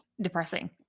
depressing